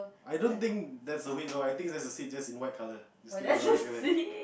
I don't think that's a weight though I think that's a seat just in white colour